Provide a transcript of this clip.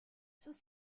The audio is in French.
sous